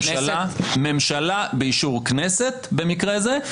ממשלה באישור כנסת במקרה זה.